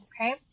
Okay